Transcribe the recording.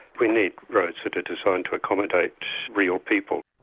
we need roads that are designed to accommodate real people.